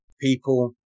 people